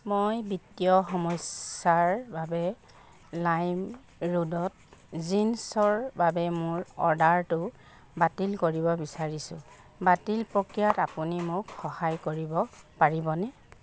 মই বিত্তীয় সমস্যাৰ বাবে লাইমৰোডত জিন্ছৰ বাবে মোৰ অৰ্ডাৰটো বাতিল কৰিব বিচাৰিছোঁ বাতিল প্ৰক্ৰিয়াত আপুনি মোক সহায় কৰিব পাৰিবনে